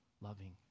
loving